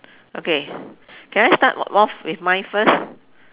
okay can I start off with mine first